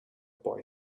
boy